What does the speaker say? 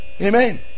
Amen